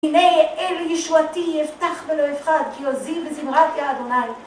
הנה אל יישועתי יפתח ולא יפחד כי עוזי בזמרת יעד אוני